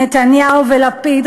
נתניהו ולפיד,